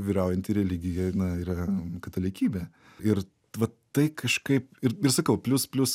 vyraujanti religija na yra katalikybė ir vat tai kažkaip ir ir sakau plius plius